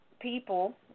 people